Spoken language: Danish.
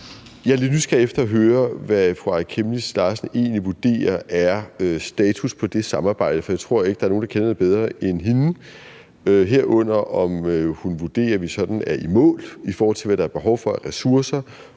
nysgerrig efter at høre, hvad fru Aaja Chemnitz Larsen egentlig vurderer er status på det samarbejde, for jeg tror ikke, der er nogen, der kender det bedre end hende, herunder om hun vurderer, at vi sådan er i mål, i forhold til hvad der er behov for af ressourcer,